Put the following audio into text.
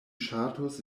ŝatus